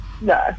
No